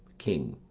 king.